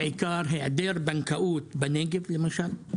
בעיקר היעדר בנקאות בנגב למשל.